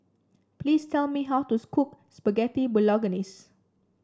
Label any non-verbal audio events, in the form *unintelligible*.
please tell me how to *unintelligible* cook Spaghetti Bolognese